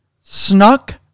Snuck